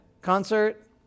Concert